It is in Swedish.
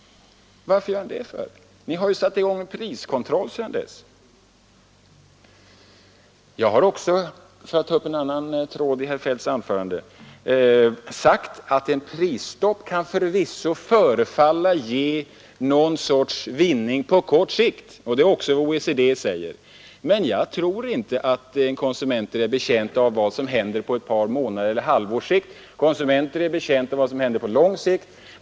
Varför behöver han göra det? Ni har ju sedan dess satt i gång en priskontroll. Jag har också — för att ta upp en annan tråd i herr Feldts anförande — sagt att ett prisstopp förvisso kan förefalla ge någon sorts vinning på kort sikt, och det är vad även OECD uttalar. Men jag tror inte att en konsument är betjänt av vad som händer på ett par månaders eller ett halvårs sikt. Konsumenten är betjänt av en förbättring på lång sikt.